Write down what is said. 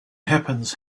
happens